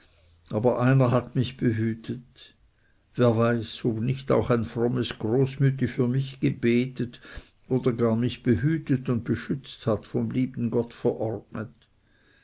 aber einer hat mich behütet wer weiß ob nicht auch ein frommes großmütti für mich gebetet oder gar mich behütet und beschützt hat vom lieben gott verordnet